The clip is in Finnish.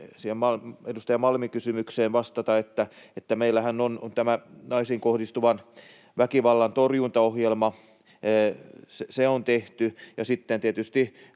edustaja Malmin kysymykseen vastata, että meillähän on naisiin kohdistuvan väkivallan torjuntaohjelma. Se on tehty. Ja sitten tietysti